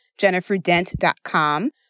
jenniferdent.com